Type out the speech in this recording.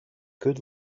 good